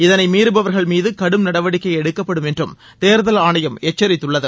இதனை மீறுபவர்கள் மீது கடும் நடவடிக்கை எடுக்கப்படும் என்றும் தேர்தல் ஆணையம் எச்சரித்துள்ளது